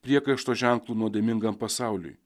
priekaišto ženklu nuodėmingam pasauliui